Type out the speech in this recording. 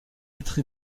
être